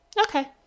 okay